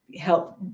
help